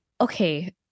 okay